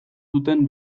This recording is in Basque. zuten